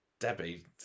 Debbie